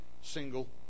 single